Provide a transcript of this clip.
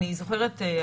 אני זוכרת,